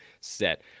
set